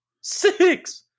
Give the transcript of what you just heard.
Six